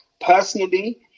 personally